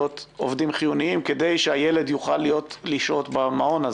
עובדים חיוניים כדי שהילד יוכל לשהות במעון.